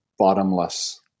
bottomless